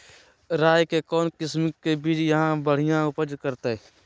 राई के कौन किसिम के बिज यहा बड़िया उपज करते?